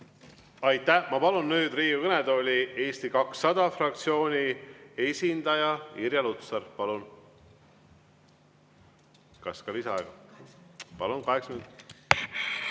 Aitäh! Ma palun nüüd Riigikogu kõnetooli Eesti 200 fraktsiooni esindaja Irja Lutsari. Palun! Kas ka lisaaega? (Irja